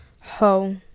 ho